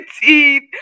teeth